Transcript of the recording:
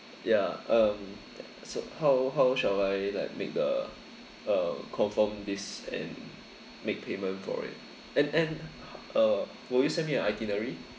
ya um so how how shall I like make the uh confirm this and make payment for it and and uh would you send me your itinerary